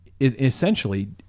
essentially